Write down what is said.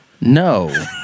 No